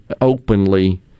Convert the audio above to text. openly